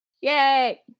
Yay